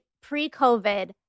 pre-COVID